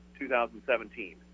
2017